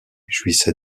jouissait